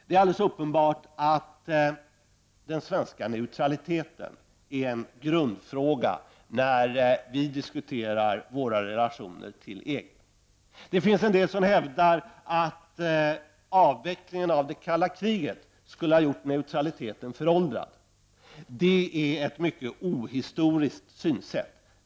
Det är alldeles uppenbart att den svenska neutraliteten är en grundfråga när vi diskuterar våra relationer till EG. Det finns en del som hävdar att avvecklingen av det kalla kriget skulle ha gjort neutraliteten föråldrad. Det är ett mycket ohistoriskt synsätt.